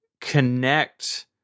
connect